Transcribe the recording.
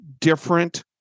different